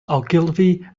ogilvy